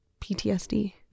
ptsd